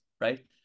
right